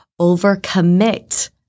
overcommit